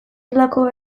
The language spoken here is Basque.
lakoba